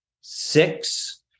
six